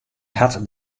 hat